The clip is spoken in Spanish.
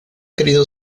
querido